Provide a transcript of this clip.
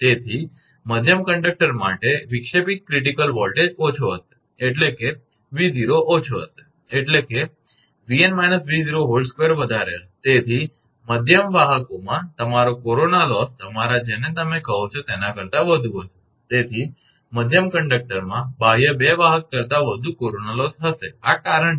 તેથી મધ્યમ કંડક્ટર માટે વિક્ષેપિત ક્રિટીકલ વોલ્ટેજ ઓછો હશે એટલે કે 𝑉0 ઓછો હશે એટલે કે 𝑉𝑛 − 𝑉02 વધારે હશે તેથી મધ્યમ વાહકોમાં તમારો કોરોના લોસ તમારા જેને તમે કહો છો તેના કરતા વધુ હશે તેથી મધ્યમ કંડક્ટરમાં બાહ્ય 2 વાહક કરતા વધુ કોરોના લોસ હશે આ કારણ છે